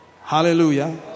Hallelujah